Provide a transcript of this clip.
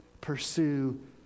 pursue